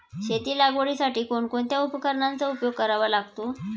शेती लागवडीसाठी कोणकोणत्या उपकरणांचा उपयोग करावा लागतो?